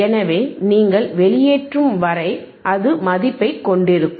எனவே நீங்கள் வெளியேற்றும் வரை அது மதிப்பைக் கொண்டிருக்கும்